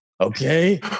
okay